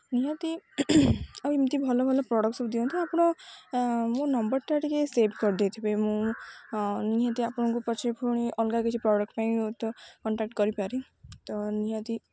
ନିହାତି ଆଉ ଏମିତି ଭଲ ଭଲ ପ୍ରଡ଼କ୍ଟ ସବୁ ଦିଅନ୍ତୁ ଆପଣ ମୋ ନମ୍ବର୍ଟା ଟିକିଏ ସେଭ୍ କରିଦେଇଥିବେ ମୁଁ ନିହାତି ଆପଣଙ୍କୁ ପଛରେ ପୁଣି ଅଲଗା କିଛି ପ୍ରଡ଼କ୍ଟ ପାଇଁ ତ କଣ୍ଟାକ୍ଟ କରିପାରେ ତ ନିହାତି